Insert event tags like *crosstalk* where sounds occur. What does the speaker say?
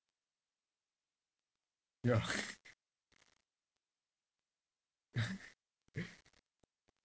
yeah *laughs*